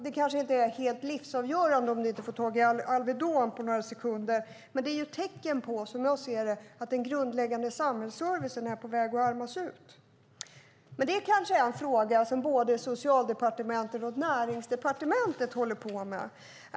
Det kanske inte är helt livsavgörande om man inte får tag i Alvedon på några sekunder, men det är som jag ser det ett tecken på att den grundläggande samhällsservicen är på väg att armas ut. Det kanske dock är en fråga som både Socialdepartementet och Näringsdepartementet håller på med.